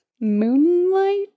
Moonlight